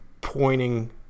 pointing